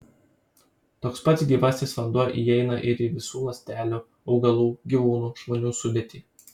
toks pats gyvasis vanduo įeina ir į visų ląstelių augalų gyvūnų žmonių sudėtį